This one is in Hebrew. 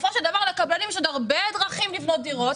בסופו של דבר לקבלנים יש עוד הרבה דרכים לבנות דירות.